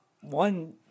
one